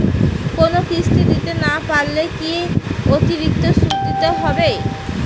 কোনো কিস্তি দিতে না পারলে কি অতিরিক্ত সুদ দিতে হবে?